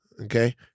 Okay